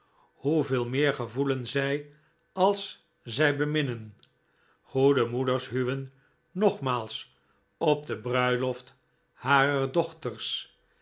veel meer gevoelen zij als zij beminnen goede moeders huwen nogmaals op de bruiloft harer dochters